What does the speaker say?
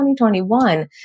2021